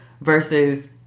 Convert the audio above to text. versus